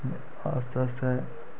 आस्ता आस्ता